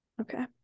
Okay